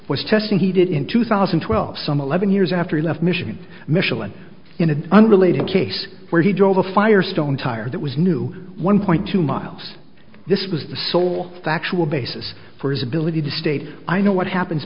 was testing he did in two thousand and twelve some eleven years after he left michigan micheline in an unrelated case where he drove a firestone tire that was new one point two miles this was the sole factual basis for his ability to state i know what happens